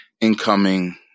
incoming